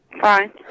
Fine